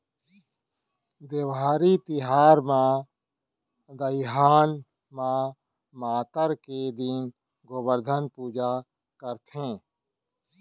देवारी तिहार म दइहान म मातर के दिन गोबरधन पूजा करथे